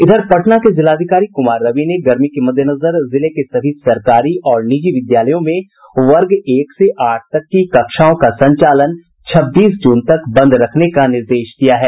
इधर पटना के जिलाधिकारी कुमार रवि ने गर्मी के मद्देनजर जिले के सभी सरकारी और निजी विद्यालयों में वर्ग एक से आठ तक की कक्षाओं का संचालन छब्बीस जून तक बंद रखने का निर्देश दिया है